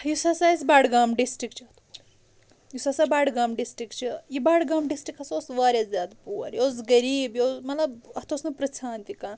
یُس ہسا أسۍ بڈگام ڈسٹرک چھُ یُس ہسا بڈگام ڈسٹرک چھُ یہِ بڈگام ڈسٹرک ہسا اوس واریاہ زیادٕ پور یہِ اوس غریٖب یہِ اوس مطلب اَتھ اوس نہٕ پرژَھان تہِ کانٛہہ